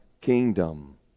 kingdom